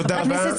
תודה רבה.